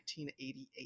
1988